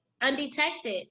Undetected